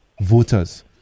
voters